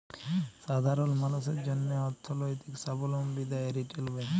সাধারল মালুসের জ্যনহে অথ্থলৈতিক সাবলম্বী দেয় রিটেল ব্যাংক